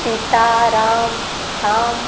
Sita Ram Shyam